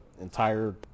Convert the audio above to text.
entire